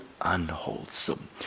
unwholesome